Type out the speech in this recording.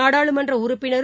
நாடாளுமன்றஉறுப்பினரும்